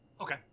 Okay